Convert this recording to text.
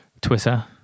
Twitter